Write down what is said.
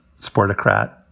sportocrat